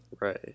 Right